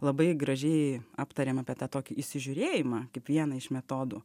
labai gražiai aptarėme apie tą tokį įsižiūrėjimą kaip vieną iš metodų